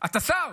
אתה שר.